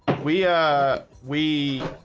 we we